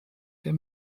der